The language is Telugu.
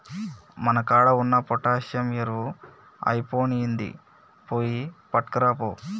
మన కాడ ఉన్న పొటాషియం ఎరువు ఐపొయినింది, పోయి పట్కరాపో